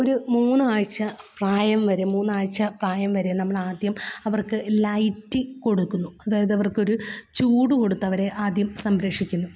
ഒരു മൂന്നാഴ്ച പ്രായം വരെ മൂന്നാഴ്ച പ്രായം വരെ നമ്മളാദ്യം അവർക്ക് ലൈറ്റ് കൊടുക്കുന്നു അതായതവർക്കൊരു ചൂട് കൊടുത്തവരെ ആദ്യം സംരക്ഷിക്കുന്നു